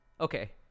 Okay